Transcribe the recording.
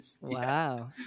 Wow